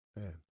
Man